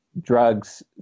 drugs